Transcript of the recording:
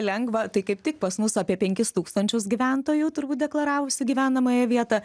lengva tai kaip tik pas mus apie penkis tūkstančius gyventojų turbūt deklaravusių gyvenamąją vietą